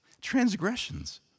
transgressions